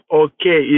okay